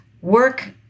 work